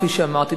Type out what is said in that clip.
כפי שאמרתי,